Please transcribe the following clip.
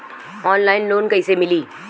Online loan कइसे मिली?